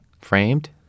Framed